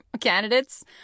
candidates